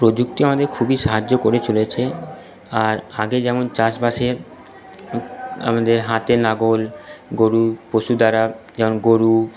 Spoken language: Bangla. প্রযুক্তি আমাদের খুবই সাহায্য করে চলেছে আর আগে যেমন চাষবাসে আমাদের হাতে লাঙ্গল গরু পশু দ্বারা যেমন গরু